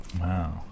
Wow